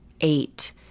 eight